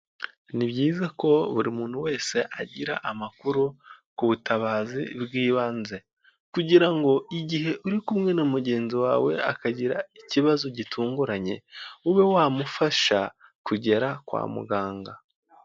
Ni byiza ko buri muntu wese agira amakuru ku butabazi bw'ibanze, kugira ngo igihe uri kumwe na mugenzi wawe akagira ikibazo gitunguranye, ube wamufasha kugera kwa muganga.